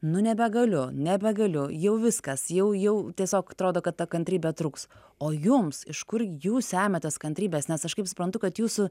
nu nebegaliu nebegaliu jau viskas jau jau tiesiog atrodo kad ta kantrybė trūks o jums iš kurgi jūs semiatės kantrybės nes aš kaip suprantu kad jūsų